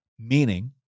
Meaning